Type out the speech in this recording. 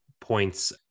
points